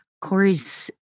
Corey's